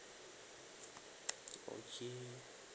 okay